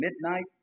midnight